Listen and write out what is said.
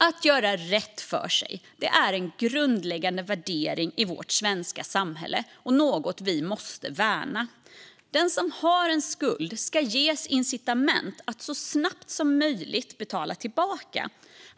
Att man ska göra rätt för sig är en grundläggande värdering i vårt svenska samhälle och något som vi måste värna. Den som har en skuld ska ges incitament att så snabbt som möjligt betala tillbaka.